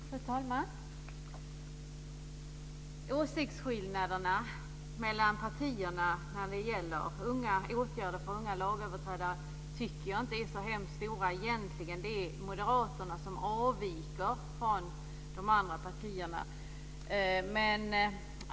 Fru talman! Åsiktsskillnaderna mellan partierna när det gäller åtgärder för unga lagöverträdare tycker jag egentligen inte är så hemskt stora. Det är moderaterna som avviker från de andra partierna.